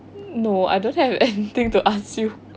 no I don't have anything to ask you